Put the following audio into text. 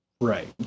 Right